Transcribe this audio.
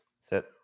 Sit